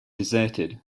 deserted